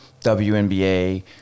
WNBA